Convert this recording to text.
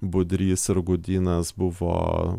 budrys ir gudynas buvo